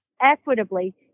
equitably